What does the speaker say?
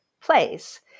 place